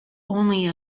only